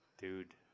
dude